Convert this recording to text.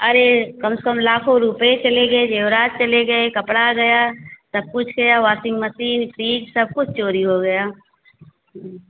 अरे कम से कम लाखों रुपये चले गए जेवरात चले गए कपड़ा गया सब कुछ गया वॉसिंग मशीन फ्रीज सब कुछ चोरी हो गया